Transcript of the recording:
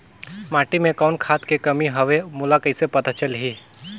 माटी मे कौन खाद के कमी हवे मोला कइसे पता चलही?